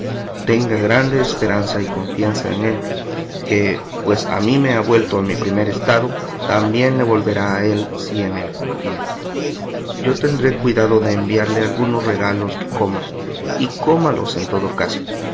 tenga grande esperanza y confianza en él que pues a mí me ha vuelto a mi primero estado también le volverá a él si en él confía yo tendré cuidado de enviarle algunos regalos que coma y cómalos en todo caso